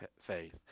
faith